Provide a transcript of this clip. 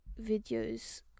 videos